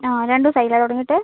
ആ രണ്ട് ദിവസമായി അല്ലേ തുടങ്ങിയിട്ട്